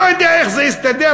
לא יודע איך זה יסתדר,